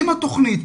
עם התוכנית.